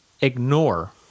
ignore